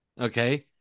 Okay